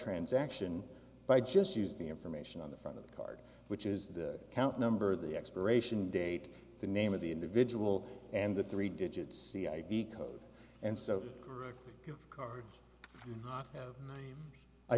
transaction by just use the information on the front of the card which is the account number the expiration date the name of the individual and the three digits the id code and so